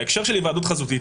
בהקשר של היוועדות חזותית,